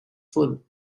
full